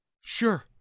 Sure